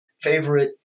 favorite